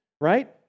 right